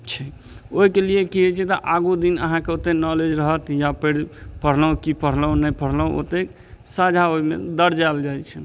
छै ओहिके लिए की होइ छै तऽ आगू दिन आहाँके ओते नॉलेज रहत या पढ़लहुॅं की पढ़लहुॅं नहि पढ़लहुॅं ओते साझा ओहिमे दर्ज कएल जाइ छै